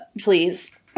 please